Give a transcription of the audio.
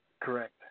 Correct